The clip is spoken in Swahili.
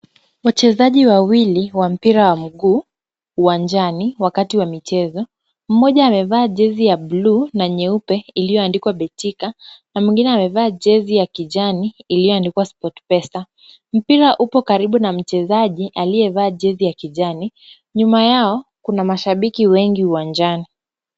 Wachezaji wawili wa mpira wa mguu uwanjani wakati wa michezo. Mmoja amevaa jezi ya bluu na nyeupe iliyoandikwa Betika na mwingine amevaa jezi ya kijani iliyoandikwa Sportpesa. Mpira upo karibu na mchezaji aliyevaa jezi ya kijani, nyuma yao kuna mashabiki wengi uwanjani.